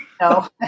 No